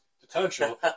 potential